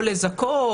או לזכות,